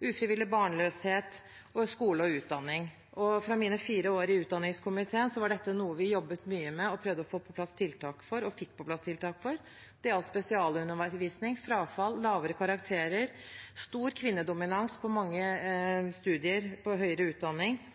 ufrivillig barnløshet og skole og utdanning. I mine fire år i utdanningskomiteen var dette noe vi jobbet mye med og prøvde å få på plass tiltak for – og fikk på plass tiltak for. Det gjaldt spesialundervisning, frafall, lavere karakterer, stor kvinnedominans på mange studier på høyere utdanning –